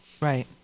Right